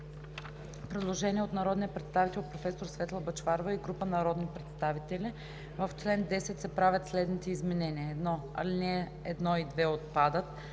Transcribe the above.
предложение от народния представител професор Светла Бъчварова и група народни представители: „В чл. 10 се правят следните изменения: 1. ал. 1 и 2 – отпадат.